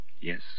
Yes